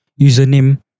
Username